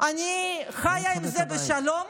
אני חיה עם זה בשלום.